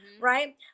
right